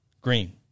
Green